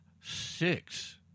six